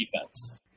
defense